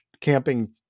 camping